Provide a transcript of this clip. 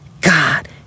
God